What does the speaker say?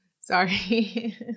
sorry